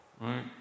right